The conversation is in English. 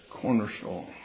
cornerstone